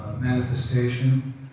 manifestation